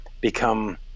become